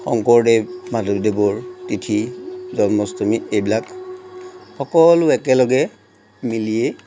শংকৰদেৱ মাধৱদেৱৰ তিথি জন্মাষ্টমী এইবিলাক সকলোৱে একেলগে মিলিয়ে